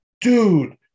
dude